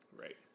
Right